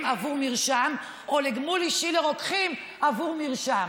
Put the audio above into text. עבור מרשם או לגמול אישי לרוקחים עבור מרשם.